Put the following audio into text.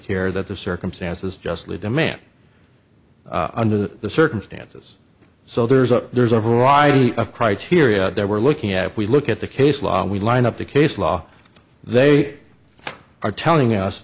care that the circumstances justly demand under the circumstances so there's a there's a variety of criteria that we're looking at if we look at the case law we lined up the case law they are telling us